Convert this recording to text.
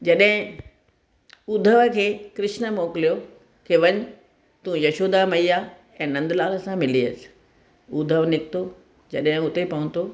जॾहिं उधव खे कृष्ण मोकिलियो कि वञ तूं यशोदा मैया ऐं नंदलाल सां मिली अचु उधव निकितो जॾहिं उते पहुतो